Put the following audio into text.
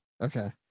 Okay